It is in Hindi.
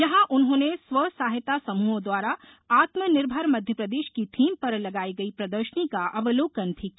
यहां उन्होंने स्वसहायता समूहों द्वारा आत्मनिर्भर मध्यप्रदेश की थीम पर लगाई गई प्रदर्शनी का अवलोकन भी किया